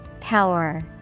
Power